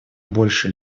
больше